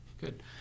Good